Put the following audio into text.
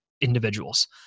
individuals